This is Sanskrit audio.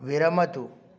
विरमतु